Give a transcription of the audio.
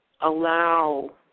allow